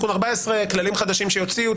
תיקון 14 כללים חדשים שיוציאו,